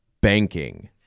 banking